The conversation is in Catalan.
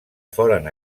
foren